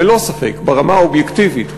ללא ספק ברמה האובייקטיבית,